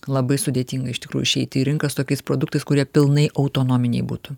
labai sudėtinga iš tikrųjų išeiti į rinką tokiais produktais kurie pilnai autonominiai būtų